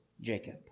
Jacob